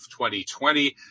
2020